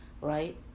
Right